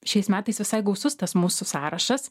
šiais metais visai gausus tas mūsų sąrašas